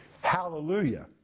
Hallelujah